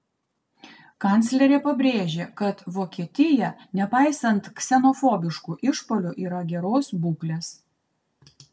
kanclerė pabrėžė kad vokietija nepaisant ksenofobiškų išpuolių yra geros būklės